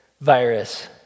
virus